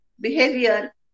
behavior